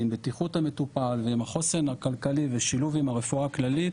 עם בטיחות המטופל ועם החוסן הכלכלי ושילוב עם הרפואה הכללית,